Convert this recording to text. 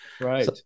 Right